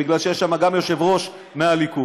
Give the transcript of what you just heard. כי יש גם שם יושב-ראש מהליכוד.